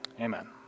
Amen